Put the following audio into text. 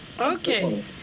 Okay